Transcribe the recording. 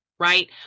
right